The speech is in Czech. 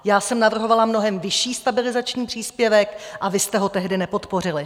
Já jsem navrhovala mnohem vyšší stabilizační příspěvek a vy jste ho tehdy nepodpořili.